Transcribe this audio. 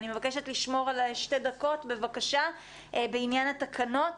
אני מבקשת לשמור על שתי הדקות בבקשה בעניין התקנות.